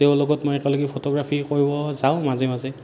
তেওঁৰ লগত মই একেলগে ফটোগ্ৰাফি কৰিবলৈ যাওঁ মাজে মাজে